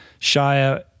Shia